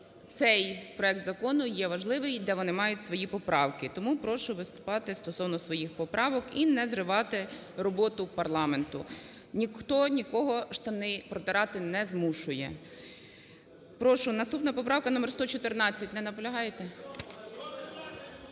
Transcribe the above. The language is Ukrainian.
цей проект закону є важливий і де ви мають свої поправки. Тому прошу виступати стосовно своїх поправок і не зривати роботу парламенту. Ніхто нікого штани протирати не змушує. Прошу, наступна поправка номер 114. Не наполягаєте?